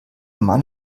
mann